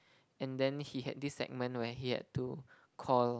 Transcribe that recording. and then he had this segment where he had to call